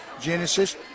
Genesis